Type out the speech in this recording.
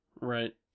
Right